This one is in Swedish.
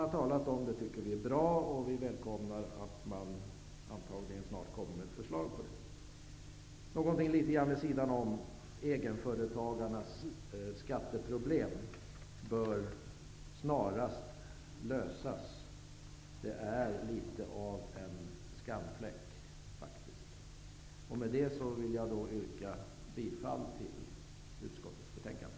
Vi tycker att det är bra, och vi välkomnar ett kommande förslag. Jag skall också säga något som ligger litet vid sidan av detta ämne, nämligen om egenföretagarnas skatteproblem. Det bör snarast lösas. Det är faktiskt något av en skamfläck. Med det anförda yrkar jag bifall till hemställan i utskottets betänkande.